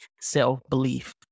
self-belief